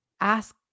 ask